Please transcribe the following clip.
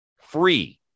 free